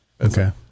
Okay